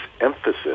emphasis